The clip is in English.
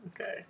Okay